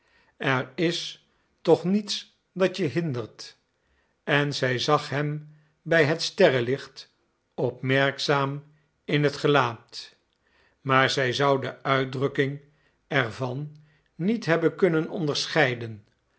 er is toch niets dat je hindert en zij zag hem bij het sterrelicht opmerkzaam in het gelaat maar zij zou de uitdrukking er van niet hebben kunnen onderscheiden